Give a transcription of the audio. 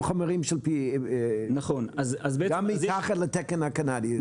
עם חומרים של PFAS. גם מתחת לתקן הקנדי,